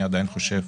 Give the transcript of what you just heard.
אני עדיין חושב